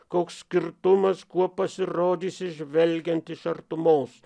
koks skirtumas kuo pasirodysi žvelgiant iš artūmos